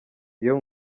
iyo